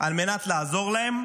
על מנת לעזור להם,